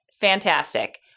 Fantastic